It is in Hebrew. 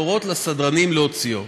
להורות לסדרנים להוציאו.